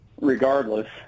regardless